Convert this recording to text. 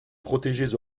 protégées